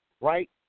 right